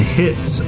hits